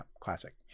Classic